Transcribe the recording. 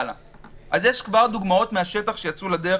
יש כבר דוגמאות מן השטח שיצאו לדרך